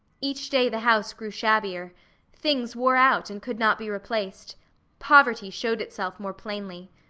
each day the house grew shabbier things wore out and could not be replaced poverty showed itself more plainly.